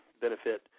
benefit